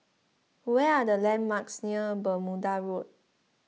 where are the landmarks near Bermuda Road